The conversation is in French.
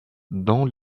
dans